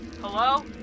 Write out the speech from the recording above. Hello